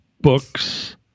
books